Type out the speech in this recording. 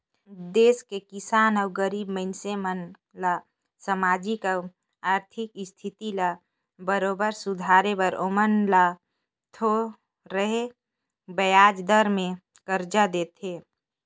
देस के किसान अउ गरीब मइनसे मन ल सामाजिक अउ आरथिक इस्थिति ल बरोबर सुधारे बर ओमन ल थो रहें बियाज दर में करजा देथे